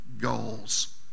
goals